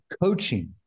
coaching